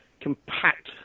compact